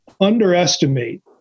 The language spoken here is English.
underestimate